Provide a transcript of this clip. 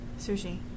Sushi